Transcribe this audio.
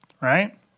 right